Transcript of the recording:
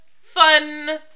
fun